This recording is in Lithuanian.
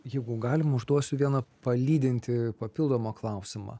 jeigu galima užduosiu vieną palydintį papildomą klausimą